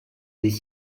des